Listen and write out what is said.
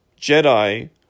Jedi